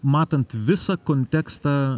matant visą kontekstą